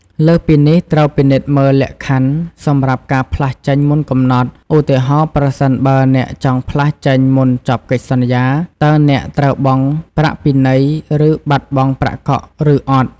លើសពីនេះ ត្រូវពិនិត្យមើលលក្ខខណ្ឌសម្រាប់ការផ្លាស់ចេញមុនកំណត់ ឧទាហរណ៍ប្រសិនបើអ្នកចង់ផ្លាស់ចេញមុនចប់កិច្ចសន្យា តើអ្នកត្រូវបង់ប្រាក់ពិន័យ ឬបាត់បង់ប្រាក់កក់ឬអត់?